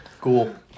Cool